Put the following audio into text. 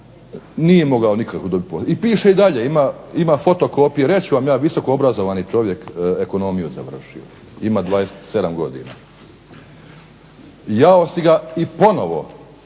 nije mogao nikako dobiti posao. Reći ću vam ja visoko obrazovani čovjek, ekonomiju završio ima 27 godina. Jao si ga ponovno